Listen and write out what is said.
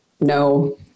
no